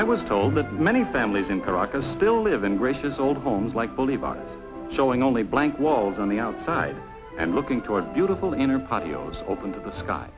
i was told that many families in caracas still live in grace's old homes like believe on showing only blank walls on the outside and looking toward beautiful inner paola's open to the s